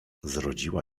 zrodziła